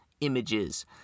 images